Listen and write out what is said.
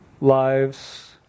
lives